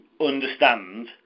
understand